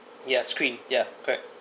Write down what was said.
ya screen ya correct